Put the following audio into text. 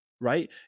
right